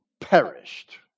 perished